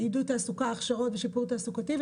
עידוד תעסוקה, הכשרות ושיפור תעסוקתי.